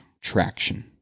traction